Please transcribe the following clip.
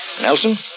Nelson